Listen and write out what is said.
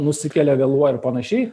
nusikelia vėluoja ir panašiai